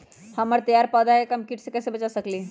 हमर तैयार पौधा के हम किट से कैसे बचा सकलि ह?